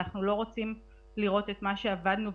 אנחנו לא רוצים לראות את מה שעבדנו עליו